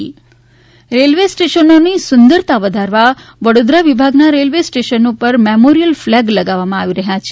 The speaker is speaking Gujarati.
રેલવે ઘ્વજ રેલવે સ્ટેશનોની સુંદરતા વધારવા વડોદરા વિભાગના રેલવે સ્ટેશનો પર મેમોરીયલ ફ્લેગ લગાવવામાં આવી રહ્યો છે